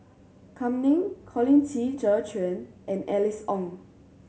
Kam Ning Colin Qi Zhe Quan and Alice Ong